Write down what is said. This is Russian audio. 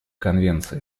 конвенции